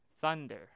Thunder